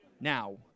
Now